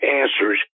answers